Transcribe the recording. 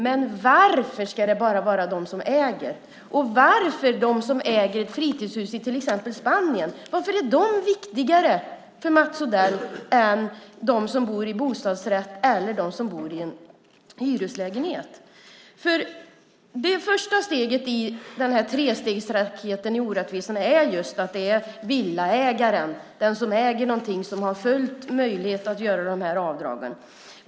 Men varför ska det bara gälla dem som äger, och varför dem som äger ett fritidshus i till exempel Spanien? Varför är de viktigare för Mats Odell än de som bor i bostadsrätt eller de som bor i en hyreslägenhet? Det första steget i den här trestegsraketen med orättvisor är just att det är villaägaren, den som äger någonting, som har full möjlighet att göra de här avdragen.